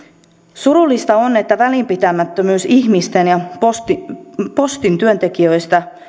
surullista on tämä välinpitämättömyys ihmisiä ja postin postin työntekijöitä